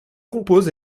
compose